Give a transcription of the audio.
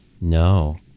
No